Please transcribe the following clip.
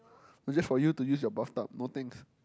no just for you to use your bath tub no thanks